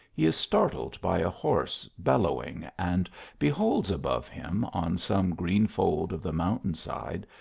he is startled by a hoarse bellowing, and beholds above him, on some green fold of the mountain side,